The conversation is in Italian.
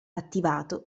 attivato